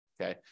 okay